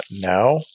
now